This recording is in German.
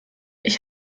ich